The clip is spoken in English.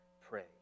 pray